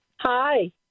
Hi